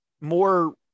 more